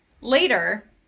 Later